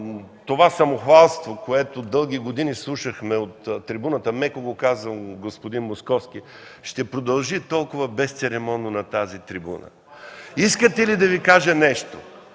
това самохвалство, което дълги години слушахме от трибуната – меко го казвам, господин Московски –ще продължи толкова безцеремонно на тази трибуна. Искате ли да Ви кажа нещо?